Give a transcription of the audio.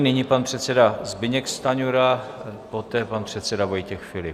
Nyní pan předseda Zbyněk Stanjura, poté pan předseda Vojtěch Filip.